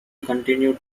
continued